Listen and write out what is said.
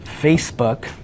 Facebook